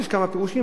יש כמה פירושים.